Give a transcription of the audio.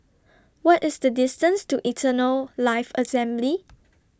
What IS The distance to Eternal Life Assembly